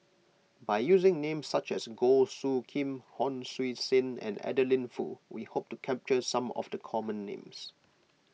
by using names such as Goh Soo Khim Hon Sui Sen and Adeline Foo we hope to capture some of the common names